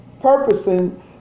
Purposing